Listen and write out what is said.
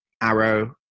arrow